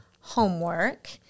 Homework